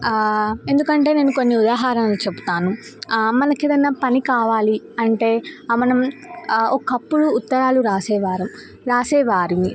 ఎందుకంటే నేను కొన్ని ఉదాహరణలు చెప్తాను మనకి ఏదైనా పని కావాలి అంటే మనం ఒకప్పుడు ఉత్తరాలు రాసేవారం రాసేవారిని